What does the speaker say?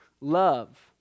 love